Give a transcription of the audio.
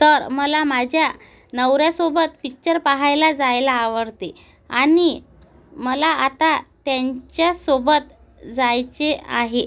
तर मला माझ्या नवऱ्यासोबत पिच्चर पाहायला जायला आवडते आणि मला आता त्यांच्यासोबत जायचे आहे